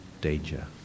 danger